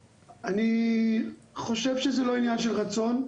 שלום, אני חושב שזה לא עניין של רצון.